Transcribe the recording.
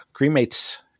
cremates